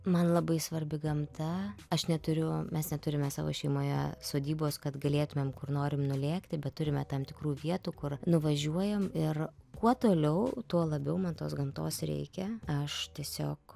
man labai svarbi gamta aš neturiu mes neturime savo šeimoje sodybos kad galėtumėm kur norim nulėkti bet turime tam tikrų vietų kur nuvažiuojam ir kuo toliau tuo labiau man tos gamtos reikia aš tiesiog